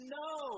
no